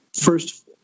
first